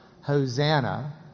Hosanna